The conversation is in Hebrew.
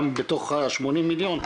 גם בתוך ה- 80 מיליון.